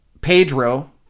pedro